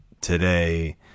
today